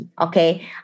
Okay